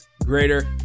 greater